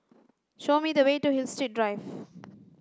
show me the way to Hillside Drive